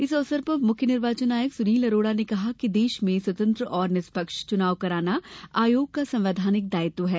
इस अवसर पर मुख्य निर्वाचन आयुक्त सुनील अरोड़ा ने कहा कि देश में स्वतंत्र और निष्पक्ष चुनाव कराना आयोग का संवैधानिक दायित्व है